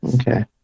okay